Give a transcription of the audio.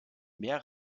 mehr